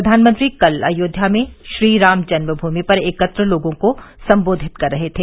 प्रधानमंत्री कल अयोध्या में श्रीराम जन्मभूमि पर एकत्र लोगों को संबोधित कर रहे थे